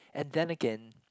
and then again